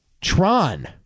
Tron